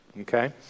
Okay